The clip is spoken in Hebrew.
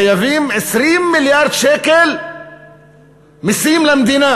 חייבים 20 מיליארד שקל מסים למדינה.